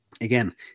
Again